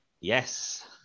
Yes